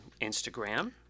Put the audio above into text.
Instagram